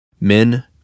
men